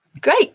great